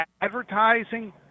advertising